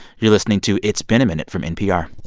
you're listening to it's been a minute from npr